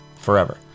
forever